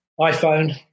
iPhone